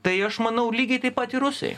tai aš manau lygiai taip pat ir rusai